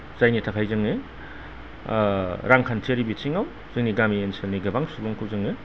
जायनि थाखाय जोङो रांखान्थियारि बिथिंआव जोंनि गामि ओनसोलनि गोबां सुबुंखौ जोङो